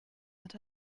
that